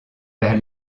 vers